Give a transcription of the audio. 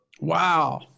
Wow